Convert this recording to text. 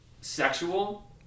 sexual